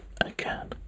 again